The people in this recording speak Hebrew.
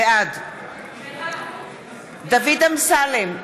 בעד דוד אמסלם,